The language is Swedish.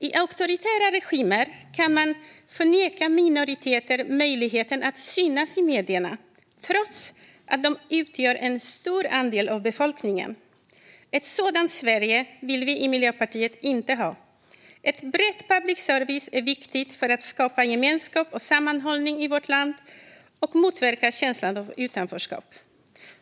I auktoritära regimer kan man neka minoriteter möjligheten att synas i medierna trots att de utgör en stor andel av befolkningen. Ett sådant Sverige vill vi i Miljöpartiet inte ha. En bred public service är viktig för att skapa gemenskap och sammanhållning i vårt land och motverka känslan av utanförskap.